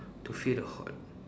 to feel the hot